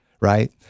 right